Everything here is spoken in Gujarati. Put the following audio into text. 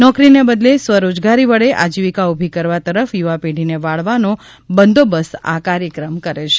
નોકરીને બદલે સ્વરોજગારી વડે આજીવિકા ઊભી કરવા તરફ યુવા પેઢીને વાળવાનો બંદોબસ્ત આ કાર્યક્રમ કરે છે